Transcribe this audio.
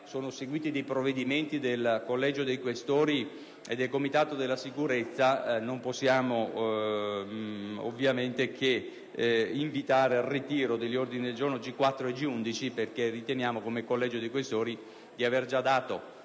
sono seguiti provvedimenti del Collegio dei Questori e del Comitato per la sicurezza, non possiamo ovviamente che invitare i presentatori al ritiro degli ordini del giorno G4 e G11, perché riteniamo, come Collegio dei Questori, di aver già dato